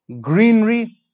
greenery